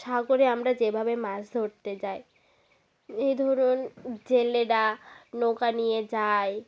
সাগরে আমরা যেভাবে মাছ ধরতে যাই এই ধরুন জেলেরা নৌকা নিয়ে যায়